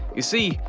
you see,